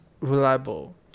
reliable